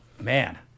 Man